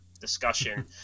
discussion